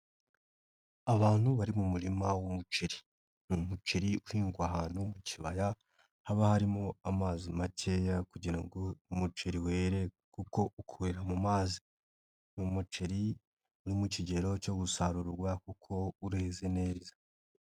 Abantu bari mu murima w'umuceri ni umuceri uhingwa ahantu mu kibaya haba harimo amazi makeya kugira ngo umuceri were kuko ukurira mu mazi, ni umuceri uri mu kigero cyo gusarurwa kuko ureze neza.